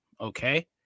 okay